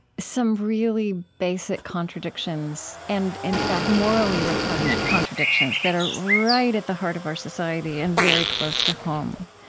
some really basic contradictions and, in fact, morally repugnant contradictions that are right at the heart of our society and very close to home.